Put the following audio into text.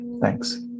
Thanks